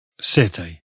city